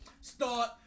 start